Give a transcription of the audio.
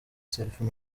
selfie